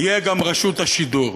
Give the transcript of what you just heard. תהיה גם רשות השידור.